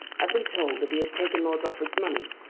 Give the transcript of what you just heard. i've been told that he has taken lord rufford's money.